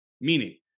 meaning